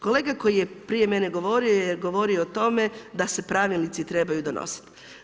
Kolega koji je prije mene govorio je govorio o tome da se pravilnici trebaju donositi.